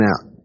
out